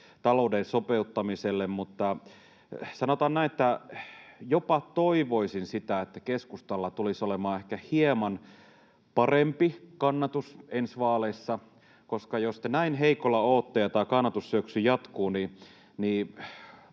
talouden sopeuttamiselle. Mutta sanotaan näin, että jopa toivoisin sitä, että keskustalla tulisi olemaan ehkä hieman parempi kannatus ensi vaaleissa, koska jos te näin heikoilla olette ja tämä kannatussyöksy jatkuu, voi